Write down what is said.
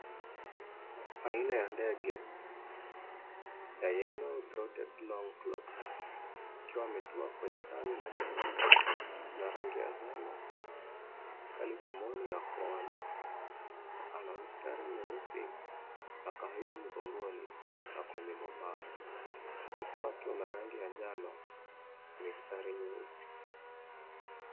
Aina ya ndege ya Yellow-throated Longclaw, akiwa ametua kwenye tawi la kijani na rangi ya njano pale tumboni na kooni, ana mistari mieusi na kahawia mgongoni na kwenye mabawa. Uso wake una rangi ya njano na mistari mieusi.